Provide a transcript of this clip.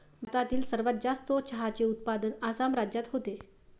भारतातील सर्वात जास्त चहाचे उत्पादन आसाम राज्यात होते